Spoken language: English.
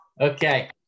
Okay